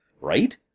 right